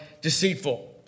deceitful